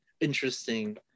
interesting